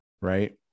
right